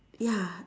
ya